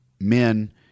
men